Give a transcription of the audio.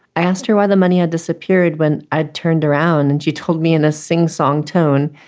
i asked her why the money had disappeared when i turned around and she told me in a singsong tone,